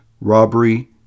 robbery